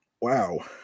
Wow